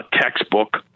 textbook